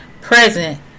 present